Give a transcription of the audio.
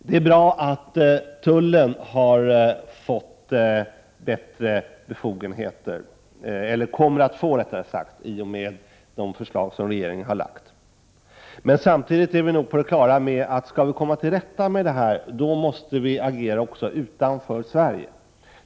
Det är bra att tullen kommer att få utökade befogenheter i och med det förslag regeringen har lagt fram. Samtidigt är vi på det klara med att om vi skall komma till rätta med detta måste vi agera också utanför Sverige.